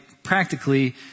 practically